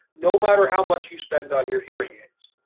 no matter how much you spend on your hearing aids.